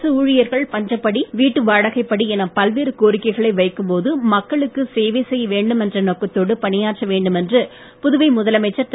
அரசு ஊழியர்கள் பஞ்சப்படி வீட்டு வாடகைப்படி என பல்வேறு கோரிக்கைகளை வைக்கும் போது மக்களுக்கு சேவை செய்ய வேண்டும் என்ற நோக்கத்தோடு பணியாற்ற வேண்டும் என்று புதுவை முதலமைச்சர் திரு